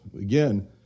again